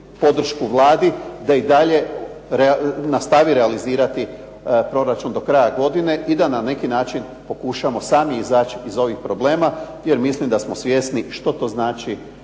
podršku Vladi da i dalje nastavi realizirati proračun do kraja godine i da na neki način pokušamo sami izaći iz ovih problema, jer mislim da smo svjesni što to znači